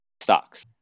stocks